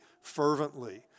fervently